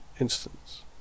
instance